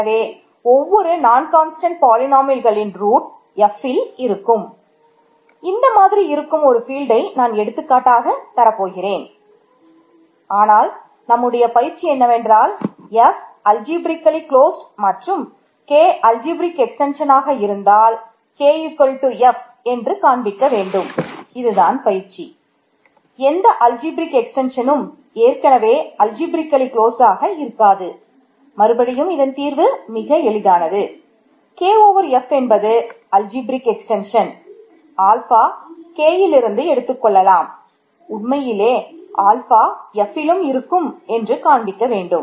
எனவே ஒவ்வொரு நான் கான்ஸ்டன்ட் Fலும் இருக்கும் என்று காண்பிக்க வேண்டும்